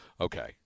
Okay